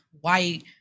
white